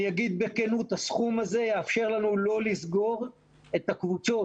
אני אגיד בכנות: הסכום הזה יאפשר לנו לא לסגור את הקבוצות,